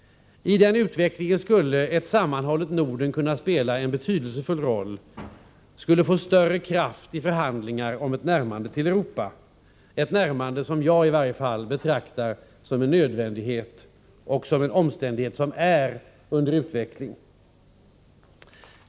I den utvecklingen skulle ett sammanhållet Norden kunna spela en betydelse = Fa ny nordisk före full roll och skulle få större kraft i förhandlingarna om ett närmande till tagsform, m.m. Europa, ett närmande som i varje fall jag betraktar som en nödvändighet. Det är en omständighet som är under utveckling.